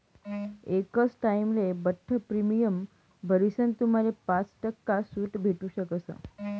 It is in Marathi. एकच टाइमले बठ्ठ प्रीमियम भरीसन तुम्हाले पाच टक्का सूट भेटू शकस